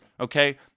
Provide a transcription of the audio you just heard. okay